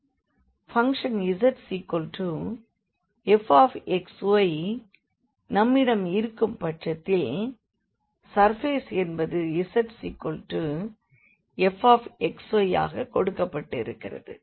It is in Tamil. பங்க்ஷன் z fx y நம்மிடம் இருக்கும் பட்சத்தில் சர்ஃபேஸ் என்பது z fx y ஆக கொடுக்கப்பட்டிருக்கிறது